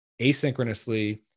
asynchronously